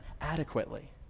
adequately